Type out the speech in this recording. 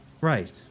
right